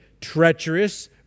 treacherous